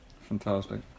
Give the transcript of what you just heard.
Fantastic